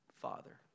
Father